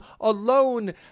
alone